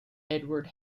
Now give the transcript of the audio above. edward